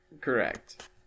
Correct